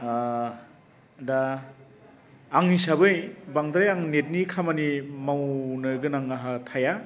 दा आं हिसाबै बांद्राय आं नेटनि खामानि मावनो गोनां आंहा थाया